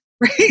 right